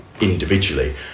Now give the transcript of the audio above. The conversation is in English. individually